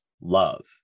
Love